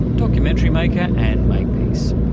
documentary maker anne makepeace,